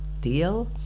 deal